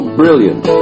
brilliant